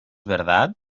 verdad